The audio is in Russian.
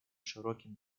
широким